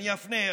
אני אפנה,